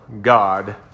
God